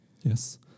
Yes